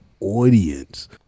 audience